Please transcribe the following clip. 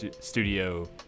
studio